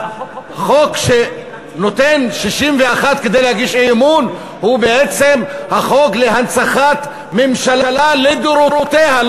החוק שקובע 61 כדי להגיש אי-אמון הוא בעצם החוק להנצחת הממשלה לדורותיה,